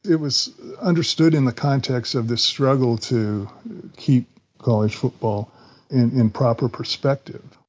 it was understood in the context of the struggle to keep college football in proper perspective.